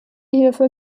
hierfür